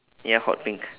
ya hot pink